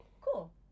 Cool